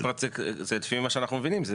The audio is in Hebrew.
כן.